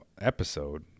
episode